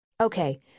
Okay